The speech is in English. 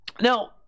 now